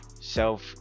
self